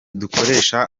dukoresha